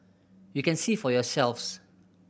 you can see for yourselves